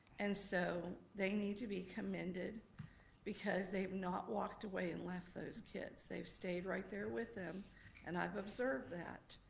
and so they need to be commended because they've not walked away and left those kids. they've stayed right there with them and i've observed that.